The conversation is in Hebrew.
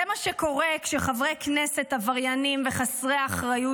זה מה שקורה כשחברי כנסת עבריינים וחסרי אחריות,